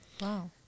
Wow